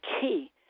key